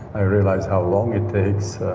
i realized how long it takes.